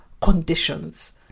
conditions